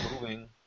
moving